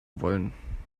wollen